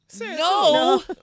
No